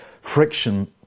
friction